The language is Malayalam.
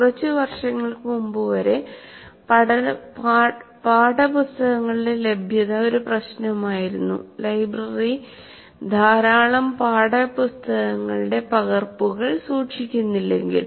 കുറച്ച് വർഷങ്ങൾക്ക് മുമ്പ് പാഠപുസ്തകങ്ങളുടെ ലഭ്യത ഒരു പ്രശ്നമായിരുന്നു ലൈബ്രറി ധാരാളം പാഠപുസ്തകങ്ങളുടെ പകർപ്പുകൾ സൂക്ഷിക്കുന്നില്ലെങ്കിൽ